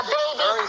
baby